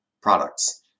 products